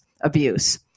abuse